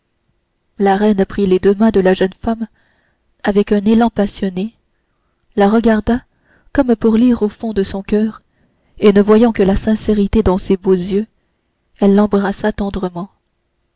la reine prit les deux mains de la jeune femme avec un élan passionné la regarda comme pour lire au fond de son coeur et ne voyant que sincérité dans ses beaux yeux elle l'embrassa tendrement